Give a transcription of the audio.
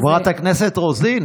חברת הכנסת רוזין,